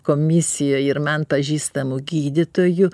komisijoj ir man pažįstamų gydytojų